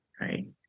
right